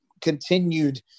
continued